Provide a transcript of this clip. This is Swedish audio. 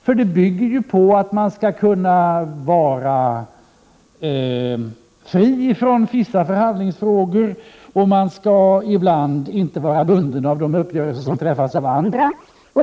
Det hela bygger på att man skall kunna vara fri från vissa förhandlingsfrågor och att man ibland inte skall vara bunden av de uppgörelser som träffas av andra.